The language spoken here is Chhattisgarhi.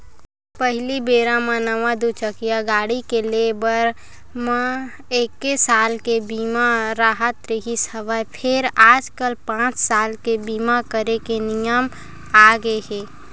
पहिली बेरा म नवा दू चकिया गाड़ी के ले बर म एके साल के बीमा राहत रिहिस हवय फेर आजकल पाँच साल के बीमा करे के नियम आगे हे